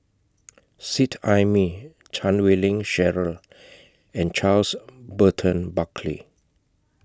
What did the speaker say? Seet Ai Mee Chan Wei Ling Cheryl and Charles Burton Buckley